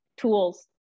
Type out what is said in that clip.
tools